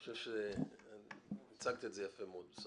אני חושב שהצגת את זה יפה מאוד.